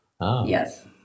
yes